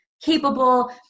capable